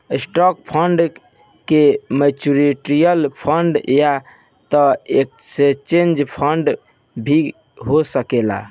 stock fund के mutual fund या त एक्सचेंज ट्रेड फंड भी हो सकेला